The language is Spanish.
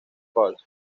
falls